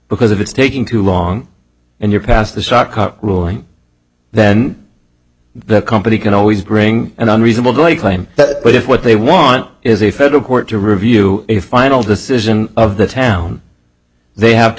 because if it's taking too long and you're past the shock ruling then the company can always bring an unreasonable delay claim that but if what they want is a federal court to review a final decision of the town they have to